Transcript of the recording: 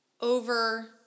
over